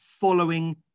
following